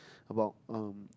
about um